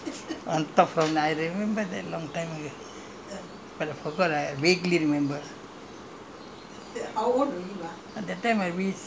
he was chased by the guard lah and then he fall down from the thing on top from I don't remember that long time already but I forgot lah I vaguely remember